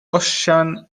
osian